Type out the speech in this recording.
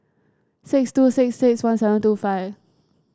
six two six six one seven two five